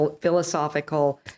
philosophical